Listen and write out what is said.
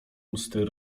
msty